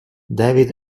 david